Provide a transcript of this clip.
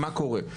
מה קורה.